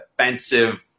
offensive